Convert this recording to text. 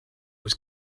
was